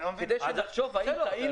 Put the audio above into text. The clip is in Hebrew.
כדי שנחשוב האם טעינו.